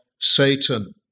Satan